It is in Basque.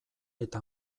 eta